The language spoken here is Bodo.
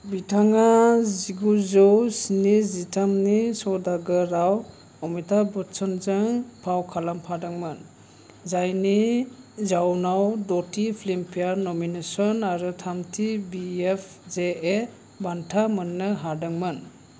बिथाङा जिगुजौ स्निजिथामनि सौदागरआव अमिताभ बच्चनजों फाव खालामफादोंमोन जायनि जाउनाव द'थि फिल्मफेयर नमिनेशन आरो थामथि बी एफ जे ए बान्था मोननो हादोंमोन